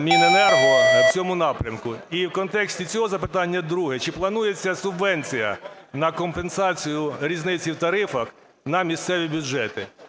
Міненерго в цьому напрямку? І в контексті цього запитання друге. Чи планується субвенція на компенсацію різниці в тарифах на місцеві бюджети?